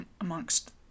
amongst